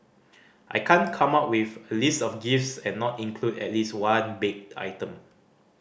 I can't come up with a list of gifts and not include at least one baked item